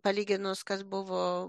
palyginus kas buvo